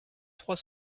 trois